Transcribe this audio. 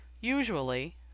Usually